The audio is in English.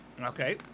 Okay